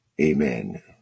Amen